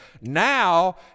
now